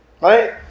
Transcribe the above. right